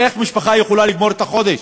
איך משפחה יכולה לגמור את החודש?